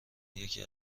یکی